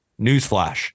newsflash